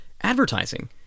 advertising